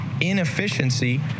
inefficiency